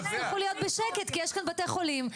תצטרכו להיות בשקט כי יש כאן בתי חולים,